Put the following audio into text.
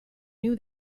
knew